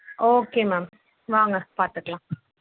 okay ma'am வாங்க பார்த்துக்கலாம்